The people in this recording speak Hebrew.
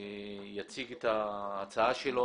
שיציג את ההצעה שלו